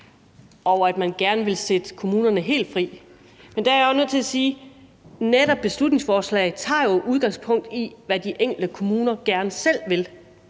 og at man gerne vil sætte kommunerne helt fri. Men der er jo nødt til at sige, at beslutningsforslaget netop tager udgangspunkt i, hvad de enkelte kommuner gerne selv vil,